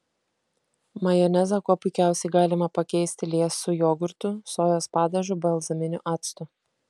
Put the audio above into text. majonezą kuo puikiausiai galima pakeisti liesu jogurtu sojos padažu balzaminiu actu